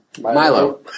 Milo